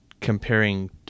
comparing